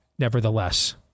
Nevertheless